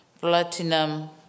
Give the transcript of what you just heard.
platinum